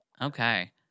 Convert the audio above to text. Okay